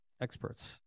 experts